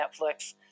Netflix